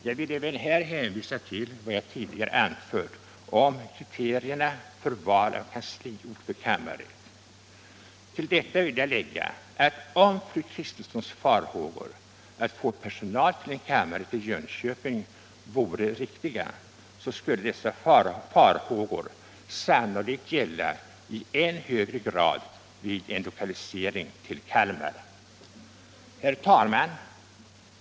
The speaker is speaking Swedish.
Jag vill även här hänvisa till vad jag tidigare anfört om kriterierna för val av kansliort för kammarrätt. Till detta vill jag lägga att om fru Kristenssons farhågor om möjligheterna att få personal till en kammarrätt i Jönköping vore riktiga, då skulle dessa farhågor sannolikt gälla i än högre grad vid en lokalisering till Kalmar. Herr talman!